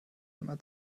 einmal